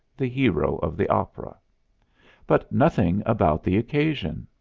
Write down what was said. the hero of the opera but nothing about the occasion.